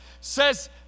says